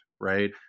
right